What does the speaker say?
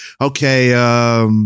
okay